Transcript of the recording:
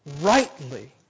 rightly